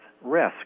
risk